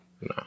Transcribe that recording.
No